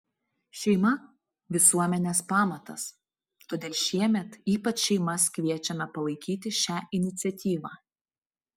šeima visuomenės pamatas todėl šiemet ypač šeimas kviečiame palaikyti šią iniciatyvą